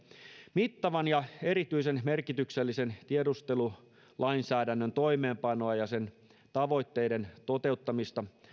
mittavan ja erityisen merkityksellisen tiedustelulainsäädännön toimeenpanoa ja sen tavoitteiden toteuttamista